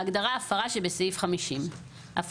ההגדרה הפרה שבסעיף 50. תוספת שישית (ההגדרה "הפרה" שבסעיף 50)